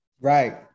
Right